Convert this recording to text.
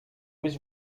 was